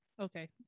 Okay